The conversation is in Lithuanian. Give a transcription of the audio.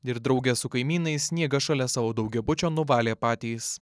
ir drauge su kaimynais sniegą šalia savo daugiabučio nuvalė patys